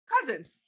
cousins